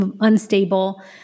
unstable